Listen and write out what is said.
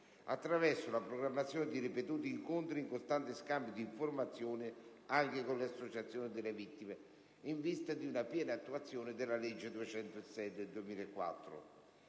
attraverso la programmazione di ripetuti incontri, in costante scambio di informazioni anche con le associazioni delle vittime, in vista di una piena attuazione della legge n. 206 del 2004.